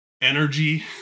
energy